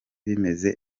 bimeze